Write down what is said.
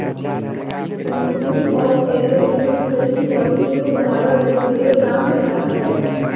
institute of agro physics कृषि भौतिकी को बढ़ावा देने के लिए काम कर रहा है